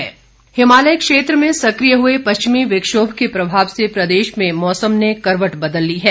मौसम हिमालय क्षेत्र में सक्रिय हुए पश्चिमी विक्षोभ के प्रभाव से प्रदेश में मौसम ने करवट बदल ली है